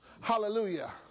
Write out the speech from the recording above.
Hallelujah